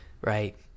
right